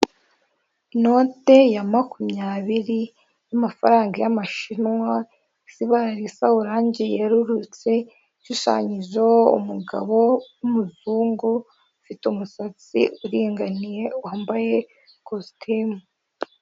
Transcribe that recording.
Inote ya makumyabiri y'amafaranga y'amashinwa, isa ibara risa oranje yererutse, ishushanyijeho umugabo w'umuzungu ufite umusatsi uringaniye wambaye ikositimu.